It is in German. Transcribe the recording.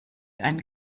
einen